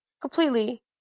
Completely